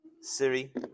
Siri